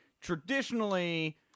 traditionally